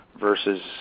versus